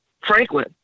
Franklin